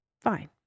fine